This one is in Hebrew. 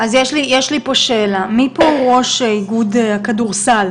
אז יש לי פה שאלה, מי פה ראש איגוד הכדורסל?